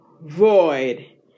void